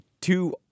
two